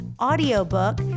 audiobook